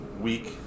week